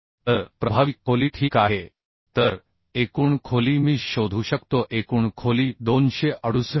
तर प्रभावी खोली ठीक आहे तर एकूण खोली मी शोधू शकतो एकूण खोली 268